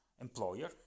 employer